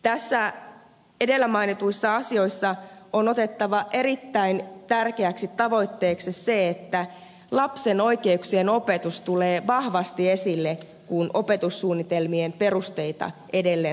näissä edellä mainituissa asioissa on otettava erittäin tärkeäksi tavoitteeksi se että lapsen oikeuksien opetus tulee vahvasti esille kun opetussuunnitelmien perusteita edelleen rukataan